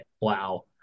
wow